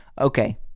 Okay